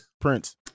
Prince